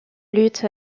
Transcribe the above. lutte